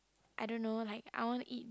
I don't know like I want to eat